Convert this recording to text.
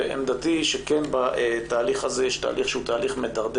עמדתי היא שכן בתהליך הזה יש תהליך שהוא תהליך מדרדר